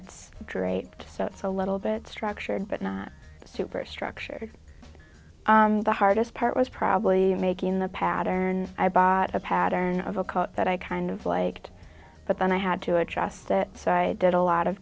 it's draped so it's a little bit structured but not super structured the hardest part was probably making the pattern i bought a pattern of a coat that i kind of liked but then i had to adjust that so i did a lot of